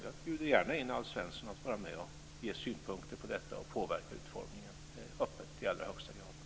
Jag bjuder gärna in Alf Svensson att vara med och ge synpunkter på detta och påverka utformningen. Det är i allra högsta grad öppet.